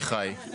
סליחה על העיכוב.